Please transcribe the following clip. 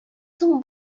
соң